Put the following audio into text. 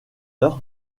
heures